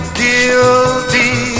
guilty